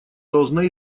должна